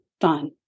fun